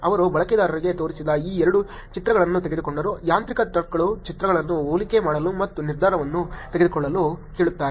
ಅವರು ಬಳಕೆದಾರರಿಗೆ ತೋರಿಸಿದ ಈ ಎರಡು ಚಿತ್ರಗಳನ್ನು ತೆಗೆದುಕೊಂಡರು ಯಾಂತ್ರಿಕ ಟರ್ಕರ್ಗಳು ಚಿತ್ರಗಳನ್ನು ಹೋಲಿಕೆ ಮಾಡಲು ಮತ್ತು ನಿರ್ಧಾರವನ್ನು ತೆಗೆದುಕೊಳ್ಳಲು ಕೇಳುತ್ತಾರೆ